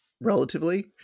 relatively